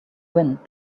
wind